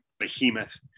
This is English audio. behemoth